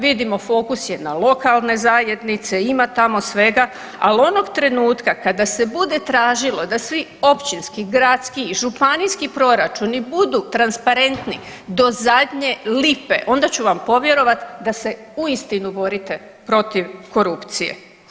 Vidimo, fokus je na lokalne zajednice, ima tamo svega, ali onog trenutka kada se bude tražilo da svi općinski, gradski i županijski proračuni budu transparentni do zadnje lipe, onda ću vam povjerovati da se uistinu borite protiv korupcije.